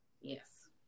yes